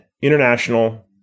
international